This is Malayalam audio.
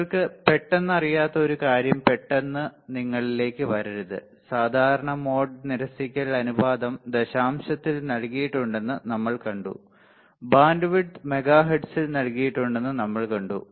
നിങ്ങൾക്ക് പെട്ടെന്ന് അറിയാത്ത ഒരു കാര്യം പെട്ടെന്ന് നിങ്ങളിലേക്ക് വരരുത് സാധാരണ മോഡ് നിരസിക്കൽ അനുപാതം ദശാംശത്തിൽ നൽകിയിട്ടുണ്ടെന്ന് നമ്മൾ കണ്ടു ബാൻഡ്വിഡ്ത്ത് മെഗാഹെർട്സിൽ നൽകിയിട്ടുണ്ടെന്ന് നമ്മൾ കണ്ടു